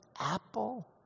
apple